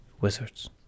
wizards